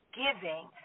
giving